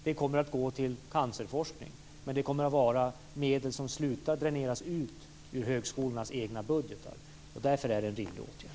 De kommer att gå till cancerforskning. Men det kommer att vara medel som slutar dräneras ut ur högskolornas egna budgetar. Därför är det en viktig åtgärd.